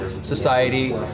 society